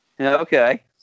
okay